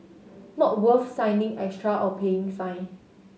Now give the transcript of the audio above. not worth signing extra or paying fine